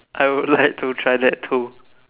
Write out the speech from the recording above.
I would like to try that too